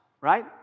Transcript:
right